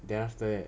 then after that